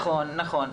נכון.